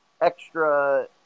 extra